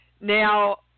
now